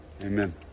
Amen